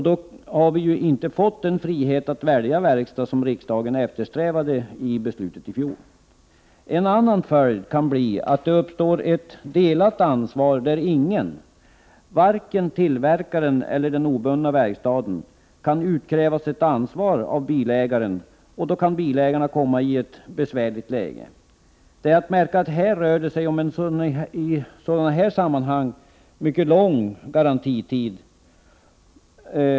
Då har vi inte fått den frihet att välja verkstad som riksdagen eftersträvade i beslutet i fjol. En annan följd kan bli att det uppstår ett delat ansvar där ingen, varken tillverkaren eller den obundna verkstaden, kan avkrävas ett ansvar av bilägaren. Då kan bilägarna komma i ett besvärligt läge. Det är att märka att det här rör sig om en i sådana här sammanhang mycket lång garantitid.